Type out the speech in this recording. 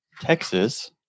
Texas